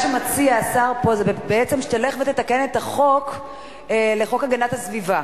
שמה שמציע השר פה הוא שתלך ותתקן את חוק הגנת הסביבה.